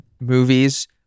movies